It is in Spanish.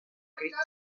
christie